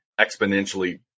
exponentially